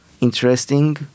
interesting